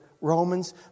Romans